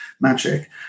magic